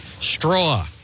straw